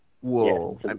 Whoa